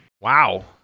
Wow